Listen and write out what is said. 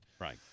Right